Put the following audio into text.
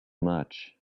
much